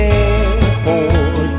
airport